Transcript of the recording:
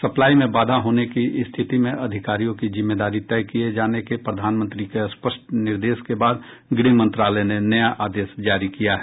supply में बाधा होने की उपस्थिति में अधिकारियों की जिम्मेदारी तय किये जाने के प्रधानमंत्री के स्पष्ट निर्देश के बाद गृह मंत्रालय ने नया आदेश जारी किया है